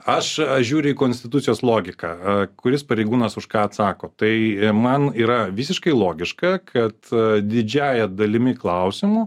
aš aš žiūriu į konstitucijos logiką kuris pareigūnas už ką atsako tai man yra visiškai logiška kad didžiąja dalimi klausimų